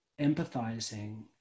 empathizing